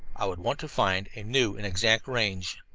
i would want to find a new and exact range.